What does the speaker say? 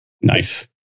Nice